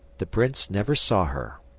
the prince never saw her.